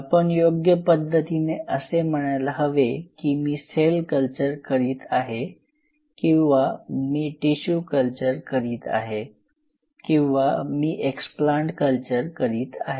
आपण योग्य पद्धतीने असे म्हणायला हवे की मी सेल कल्चर करीत आहे किंवा मी टिशू कल्चर करीत आहे किंवा मी एक्सप्लांट कल्चर करीत आहे